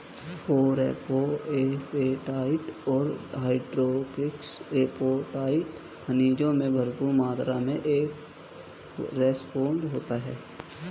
phosphoapatite और hydroxyapatite खनिजों में भरपूर मात्र में फोस्फोरस होता है